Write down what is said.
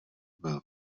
byl